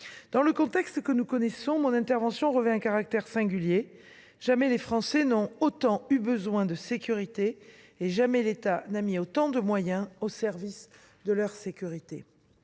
Dans le contexte que nous connaissons, mon intervention revêt un caractère singulier : jamais les Français n’ont autant eu besoin de sécurité et jamais l’État n’a mis autant de moyens au service de leur sécurité.